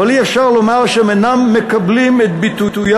אבל אי-אפשר לומר שהם אינם מקבלים את ביטוים